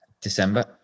December